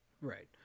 Right